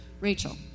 Rachel